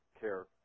care